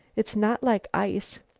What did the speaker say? it's not like ice.